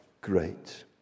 great